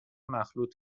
مخلوط